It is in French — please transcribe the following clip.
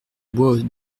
bois